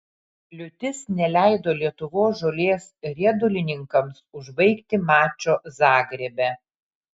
liūtis neleido lietuvos žolės riedulininkams užbaigti mačo zagrebe